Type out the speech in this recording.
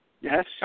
Yes